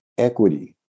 Equity